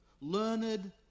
learned